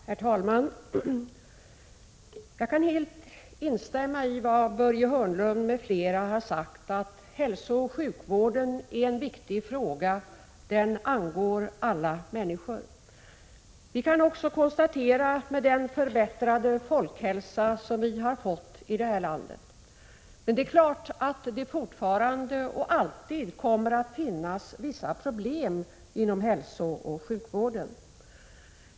Herr talman! Jag kan helt instämma i vad Börje Hörnlund m.fl. har sagt, 12 november 1986 nämligen att hälsooch sjukvården är en viktig fråga, den angår alla — fru, osm imon sl människor. Vi kan också konstatera att vi har fått en förbättrad folkhälsa i det här landet. Men det är klart att det fortfarande finns och alltid kommer att finnas vissa problem inom hälsooch sjukvården.